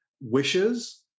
wishes